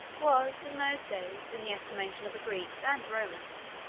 was, in those days, in the estimation of the greeks and romans,